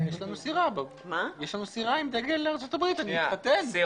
יש לנו סירה עם דגל ארצות הברית, אני אתחתן.